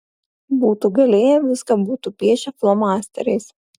būtų galėję viską būtų piešę flomasteriais